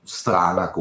strana